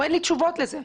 אין לי תשובות לזה.